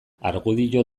argudio